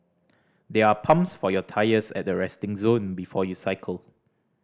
there are pumps for your tyres at the resting zone before you cycle